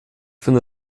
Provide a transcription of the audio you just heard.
finde